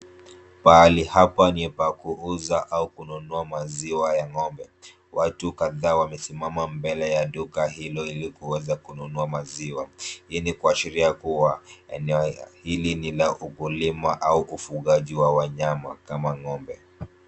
Pahali hapa ni pa kuuza au kununua maziwa ya ng'ombe. Watu kadhaa wamesimama mbele ya duka hilo ili kuweza kununua maziwa. Hii ni kuashiria kuwa eneo hili ni la ukulima au ufugaji wa wanyama kama ng'ombe.